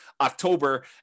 October